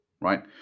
right